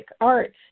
art